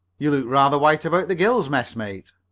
you look rather white about the gills, messmate.